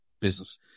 business